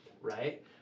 right